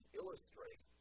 illustrate